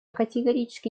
категорически